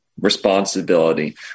responsibility